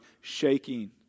shaking